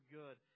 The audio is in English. good